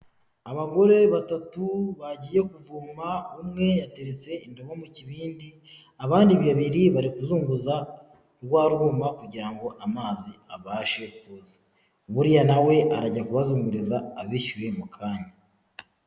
Abagore batatu bagiye kuvoma, umwe yateretse indobo mu kibindi, abandi babiri bari kuzunguza rwa rwuma kugira ngo amazi abashe kuza, buriya na we arajya kubazunguriza abishyuye mu kanya.